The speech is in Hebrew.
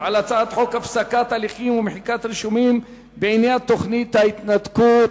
על הצעת חוק הפסקת הליכים ומחיקת רישומים בעניין תוכנית ההתנתקות,